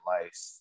life